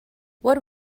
what